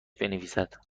بنویسد